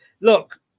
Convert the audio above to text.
Look